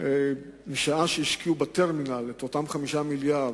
משעה שהשקיעו בטרמינל את אותם 5 מיליארדים,